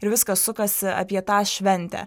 ir viskas sukasi apie tą šventę